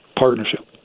partnership